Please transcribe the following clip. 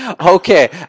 Okay